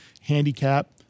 handicap